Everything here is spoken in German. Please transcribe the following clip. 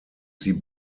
sie